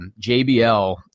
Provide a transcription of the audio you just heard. JBL